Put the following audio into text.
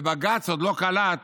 ובג"ץ עוד לא קלט